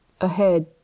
Ahead